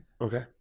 Okay